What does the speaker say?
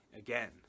again